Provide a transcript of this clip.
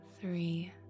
three